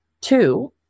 two